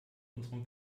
unserem